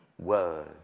Word